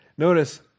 notice